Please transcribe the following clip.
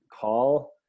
call